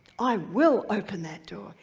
i will open that door,